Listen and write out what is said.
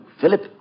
Philip